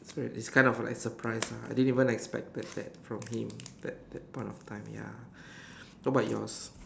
it's kind of like surprise lah I didn't even expected that from him at that point of time ya what about yours